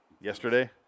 yesterday